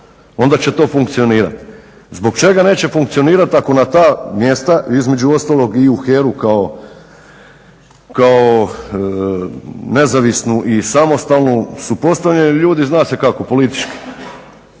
Onda će to funkcionirati. Zbog čega neće funkcionirati ako na ta mjesta između ostalog i u HER-u kao nezavisnu i samostalnu su postavljeni ljudi zna se kako politički.